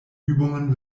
übungen